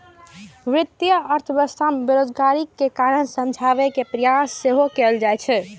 वित्तीय अर्थशास्त्र मे बेरोजगारीक कारण कें समझे के प्रयास सेहो कैल जाइ छै